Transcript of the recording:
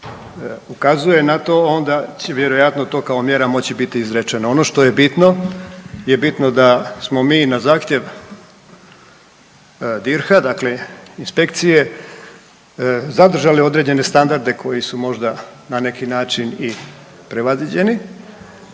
ukazuje na to, onda će vjerojatno to kao mjera moći biti izrečeno. Ono što je bitno je bitno da smo mi na zahtjev DIRH-a dakle inspekcije zadržali određene standarde koji su na neki način i prevaziđeni